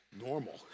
normal